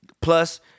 plus